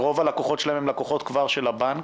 ורוב הלקוחות שלהם הם כבר לקוחות של הבנק,